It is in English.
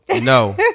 no